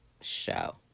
show